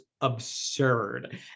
absurd